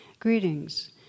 Greetings